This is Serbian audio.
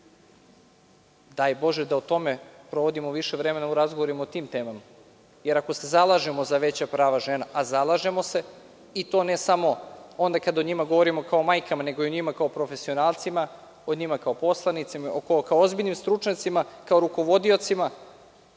Daj bože da više vremena provedemo u razgovorima o tim temama, jer ako se zalažemo za veća prava žena, a zalažemo se i to ne samo onda kada o njima govorimo kao o majkama, nego o njima kao profesionalcima, o njima kao poslanicima, kao ozbiljnim stručnjacima, kao o rukovodiocima,